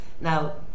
Now